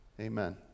Amen